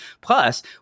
plus